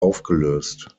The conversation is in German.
aufgelöst